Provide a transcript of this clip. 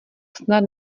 snad